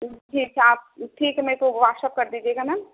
ٹھیک ہے آپ ٹھیک ہے میرے کو واٹس ایپ کر دیجیے گا میم